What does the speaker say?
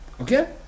Okay